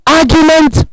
argument